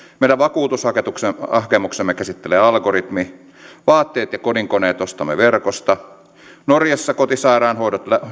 meidän vakuutushakemuksemme käsittelee algoritmi vaatteet ja kodinkoneet ostamme verkosta norjassa kotisairaanhoidon